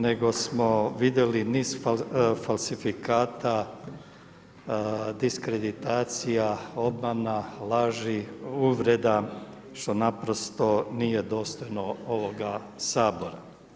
Nego smo vidjeli niz falsifikata diskreditacija, obmana, laži, uvreda, što naprosto nije dostojno ovoga Sabora.